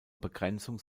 begrenzung